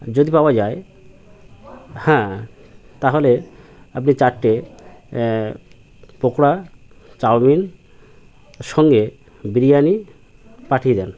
যদি পাওয়া যায় হ্যাঁ তাহলে আপনি চারটে পকোড়া চাউমিন সঙ্গে বিরিয়ানি পাঠিয়ে দিন